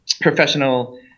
professional